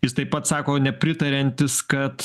jis taip pat sako nepritariantis kad